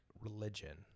religion